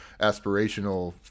aspirational